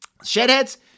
Shedheads